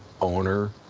owner